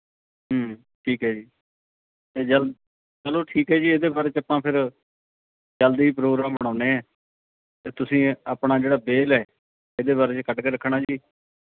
ਠੀਕ ਹੈ ਜੀ ਅਤੇ ਚਲ ਚਲੋ ਠੀਕ ਹੈ ਜੀ ਇਹਦੇ ਬਾਅਦ 'ਚ ਆਪਾਂ ਫਿਰ ਜਲਦੀ ਹੀ ਪ੍ਰੋਗਰਾਮ ਬਣਾਉਦੇ ਹਾਂ ਅਤੇ ਤੁਸੀਂ ਆਪਣਾ ਜਿਹੜਾ ਵਿਹਲ਼ ਹੈ ਇਹਦੇ ਬਾਰੇ ਕੱਢ ਕੇ ਰੱਖਣਾ ਜੀ